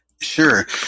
Sure